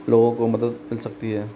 लोगों को मदद मिल सकती है